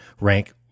rank